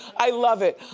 i love it.